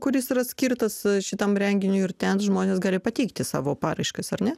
kuris yra skirtas a šitam renginiui ir ten žmonės gali pateikti savo paraiškas ar ne